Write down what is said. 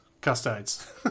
Custodes